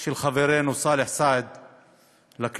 של חברנו סאלח סעד לכנסת,